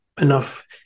enough